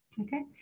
Okay